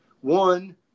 One